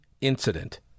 incident